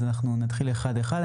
ולכן נתחיל אחד-אחד.